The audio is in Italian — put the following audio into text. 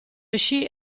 uscì